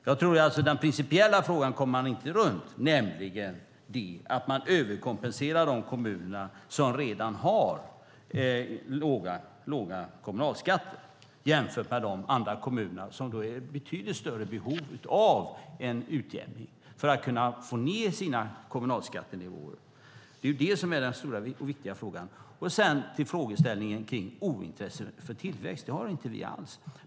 Jag tror inte att man kommer runt den principiella frågan, nämligen att man överkompenserar de kommuner som redan har låga kommunalskatter jämfört med de andra kommunerna, som är i betydligt större behov av en utjämning för att kunna få ned sina kommunalskattenivåer. Det är det som är den stora och viktiga frågan. Det kom upp en frågeställning om ointresse för tillväxt. Vi har inte alls något sådant.